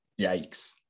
yikes